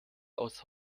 aus